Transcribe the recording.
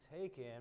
taken